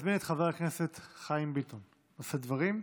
אני מזמין את חבר הכנסת חיים ביטון לשאת דברים.